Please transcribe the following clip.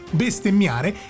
bestemmiare